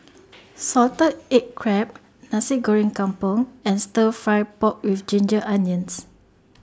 Salted Egg Crab Nasi Goreng Kampung and Stir Fry Pork with Ginger Onions